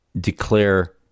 declare